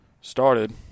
started